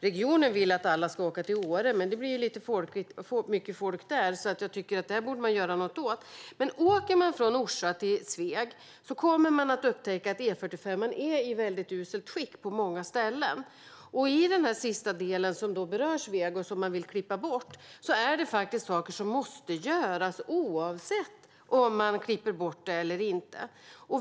Regionen vill att alla ska åka till Åre, men då blir det ju lite mycket folk där. Jag tycker att man borde göra något åt det här. Åker man från Orsa till Sveg kommer man att upptäcka att E45:an är i väldigt uselt skick på många ställen. På den del som berör Sveg och som man vill klippa bort är det faktiskt saker som måste göras oavsett om man klipper bort den eller inte.